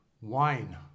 wine